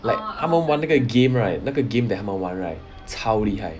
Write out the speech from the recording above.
他们玩那个 game right 那个 game that 他们玩 right 超厉害